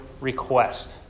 request